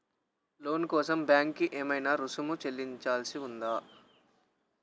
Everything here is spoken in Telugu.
లోను కోసం బ్యాంక్ కి ఏమైనా రుసుము చెల్లించాల్సి ఉందా?